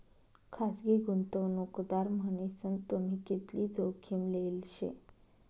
खासगी गुंतवणूकदार मन्हीसन तुम्ही कितली जोखीम लेल शे